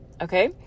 Okay